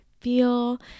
feel